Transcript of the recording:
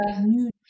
new